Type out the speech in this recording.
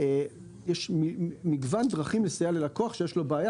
יש מגוון דרכים לסייע ללקוח שיש לו בעיה.